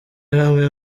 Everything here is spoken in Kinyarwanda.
hamwe